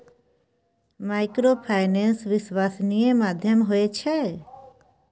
Microfinance विश्वासनीय माध्यम होय छै?